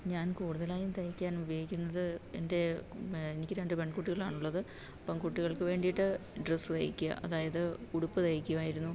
ഞാൻ കൂടുതലായും തയ്ക്കാൻ ഉപയോഗിക്കുന്നത് എൻ്റെ എനിക്ക് രണ്ട് പെൺകുട്ടികളാണുള്ളത് പെൺകുട്ടികൾക്ക് വേണ്ടിട്ട് ഡ്രസ്സ് തയ്ക്കാൻ അതായത് ഉടുപ്പ് തയ്ക്കുമായിരുന്നു